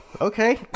okay